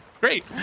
Great